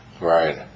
Right